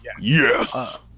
Yes